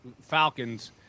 Falcons